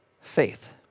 faith